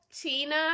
tina